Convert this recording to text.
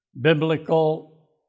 biblical